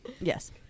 Yes